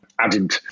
Added